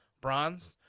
bronze